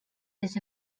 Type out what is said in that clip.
his